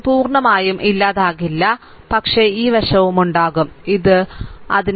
ഇത് പൂർണ്ണമായും ഇല്ലാതാകില്ല പക്ഷ ഈ വശവും ഉണ്ടാകും ഇത് ഉണ്ടാകില്ല